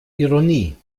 ironie